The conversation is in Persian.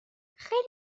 خیلی